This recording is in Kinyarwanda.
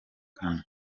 kane